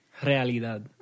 Realidad